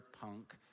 punk